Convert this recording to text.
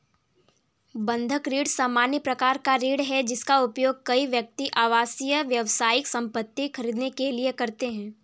बंधक ऋण सामान्य प्रकार का ऋण है, जिसका उपयोग कई व्यक्ति आवासीय, व्यावसायिक संपत्ति खरीदने के लिए करते हैं